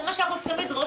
זה מה שאנחנו צריכים לדרוש